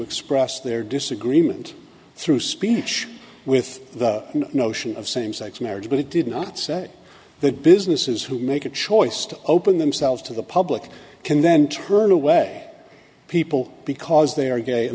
express their disagreement through speech with the notion of same sex marriage but it did not say that businesses who make a choice to open themselves to the public can then turn away people because they are gay and